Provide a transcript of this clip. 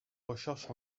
recherches